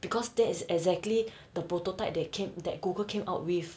because that is exactly the prototype that came that google came out with